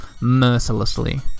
mercilessly